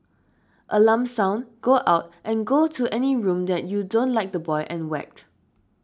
alarm sound go out and go to any room that you don't like the boy and whacked